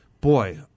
Boy